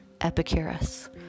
Epicurus